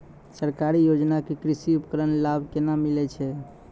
सरकारी योजना के कृषि उपकरण लाभ केना मिलै छै?